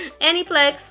Aniplex